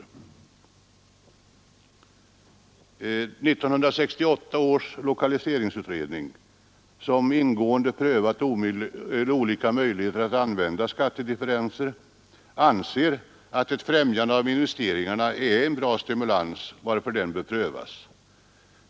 1968 års lokaliseringsutredning, som ingående prövat olika möjligheter att använda skattedifferenser, anser att ett främjande av investeringarna är en bra stimulans som bör prövas.